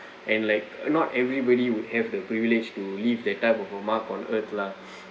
and like not everybody would have the privilege to leave that type of a mark on earth lah